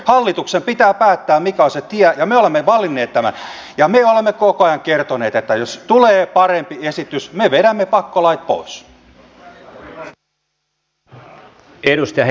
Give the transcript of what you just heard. hallituksen pitää päättää mikä on se tie ja me olemme valinneet tämän ja me olemme koko ajan kertoneet että jos tulee parempi esitys me vedämme pakkolait pois